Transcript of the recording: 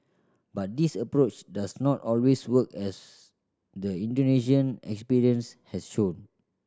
but this approach does not always work as the Indonesian experience has shown